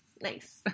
Nice